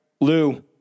Lou